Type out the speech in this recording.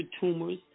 tumors